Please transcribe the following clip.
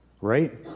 right